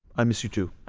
i miss you too